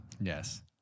Yes